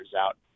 out